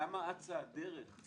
למה אצה הדרך?